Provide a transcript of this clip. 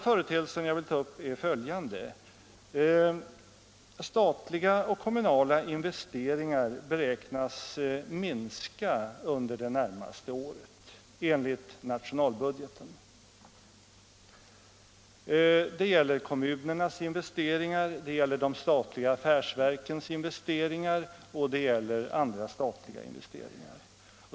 För det andra: Statliga och kommunala investeringar beräknas enligt nationalbudgeten minska under det närmaste året. Det gäller kommunernas investeringar, de statliga affärsverkens investeringar och andra statliga investeringar.